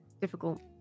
difficult